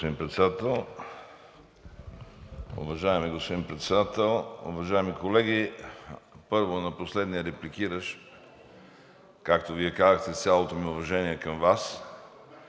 господин Председател, уважаеми колеги! Първо, на последния репликиращ, както Вие казахте, с цялото ми уважение към Вас